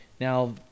now